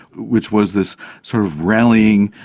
which was this sort of rallying,